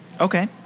Okay